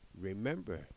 remember